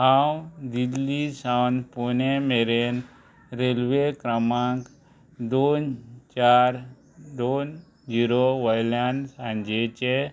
हांव दिल्ली सावन पुने मेरेन रेल्वे क्रमांक दोन चार दोन झिरो वयल्यान सांजेचें